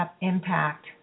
impact